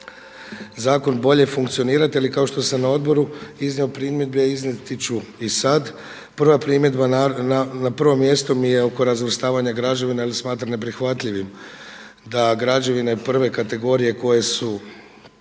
zakon bolje funkcionirati jel kao što sam i na odboru iznio primjedbe, iznijeti ću i sad. Prva primjedba na prvom mjestu mi je oko razvrstavanja građevina jer smatram neprihvatljivim da građevine prve kategorije koje su